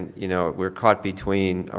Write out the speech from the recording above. you know, we're caught between ah